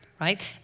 right